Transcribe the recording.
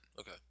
okay